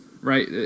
right